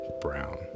Brown